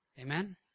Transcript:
Amen